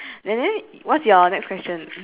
and then what's your next question